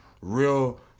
real